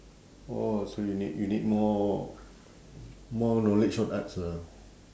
orh so you need you need more more knowledge on arts lah